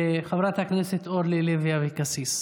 חברת הכנסת אורלי לוי אבקסיס.